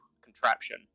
contraption